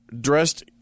dressed